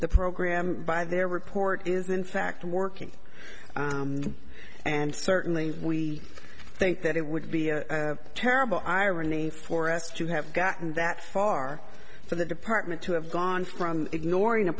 program by their report is in fact working and certainly we think that it would be a terrible irony for us to have gotten that far for the department to have gone from ignoring a